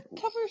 cover